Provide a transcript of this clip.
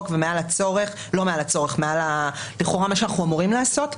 ומעל לכאורה מה שאנחנו אמורים לעשות.